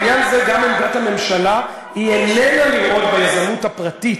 בעניין זה גם עמדת הממשלה איננה לראות ביזמות הפרטית,